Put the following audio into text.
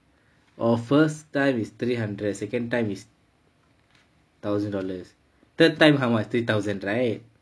oh first time is three hundred second time is thousand dollars third time how much three thousand right